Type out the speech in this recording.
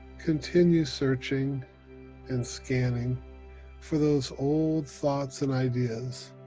continue searching and scanning for those old thoughts and ideas